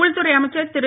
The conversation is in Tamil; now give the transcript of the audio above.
உள்துறை அமைச்சர் திரு